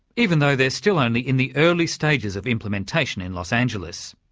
even though they're still only in the early stages of implementation in los angeles.